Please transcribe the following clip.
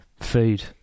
Food